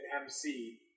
MC